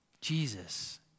Jesus